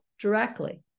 directly